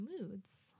moods